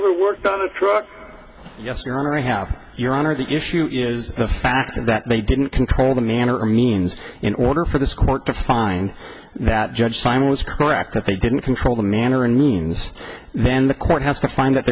ever worked on a truck yes your honor i have your honor the issue is the fact that they didn't control the manner or means in order for this court to find that judge simon was correct that they didn't control the manner and means then the court has to find that